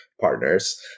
partners